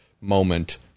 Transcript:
moment